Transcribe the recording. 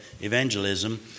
evangelism